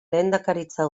lehendakaritza